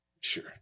Sure